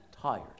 tired